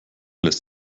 lässt